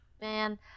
Man